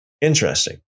Interesting